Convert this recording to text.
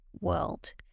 world